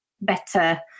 Better